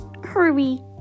Herbie